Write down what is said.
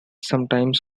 sometimes